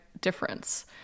difference